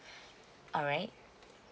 alright